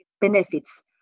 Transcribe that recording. benefits